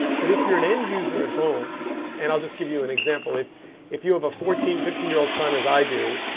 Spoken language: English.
but if you're an end user at home and i'll just give you an example. if if you have a fourteen, fifteen year old son, as i do,